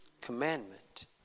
Commandment